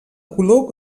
color